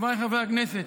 חבריי חברי הכנסת,